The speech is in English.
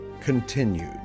continued